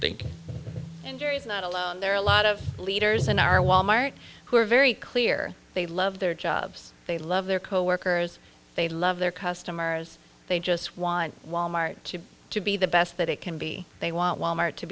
think injuries not alone there are a lot of leaders in our walmart who are very clear they love their jobs they love their coworkers they love their customers they just want wal mart to be the best that it can be they want wal mart to